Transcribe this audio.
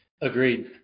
Agreed